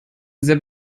sehr